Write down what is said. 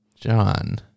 John